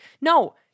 no